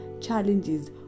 challenges